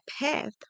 path